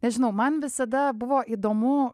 nežinau man visada buvo įdomu